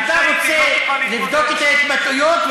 אתה רוצה לבדוק את ההתבטאויות,